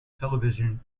television